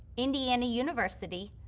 indiana university,